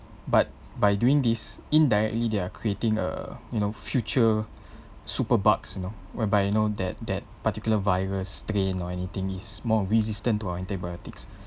but by doing this indirectly they're creating a you know future super bugs you know whereby you know that that particular virus strain or anything is more resistant to antibiotics